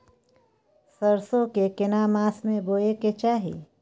सरसो के केना मास में बोय के चाही?